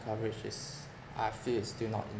coverage is I feel is still not